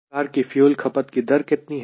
car की fuel खपत की दर कितनी है